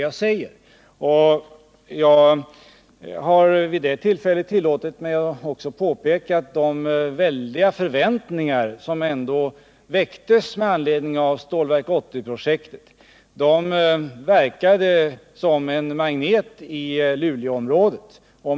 Jag tillät mig vid det tillfället också påpeka att de väldiga förväntningar som 69 ändå väcktes med anledning av Stålverk 80-projektet verkade som en magnet i Luleåområdet.